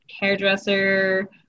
hairdresser